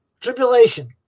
tribulation